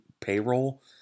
payroll